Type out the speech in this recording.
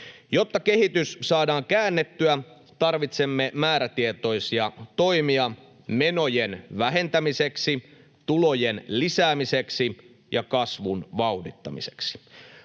Jotta kehitys saadaan käännettyä, tarvitsemme määrätietoisia toimia menojen vähentämiseksi, tulojen lisäämiseksi ja kasvun vauhdittamiseksi.